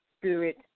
spirit